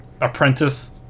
apprentice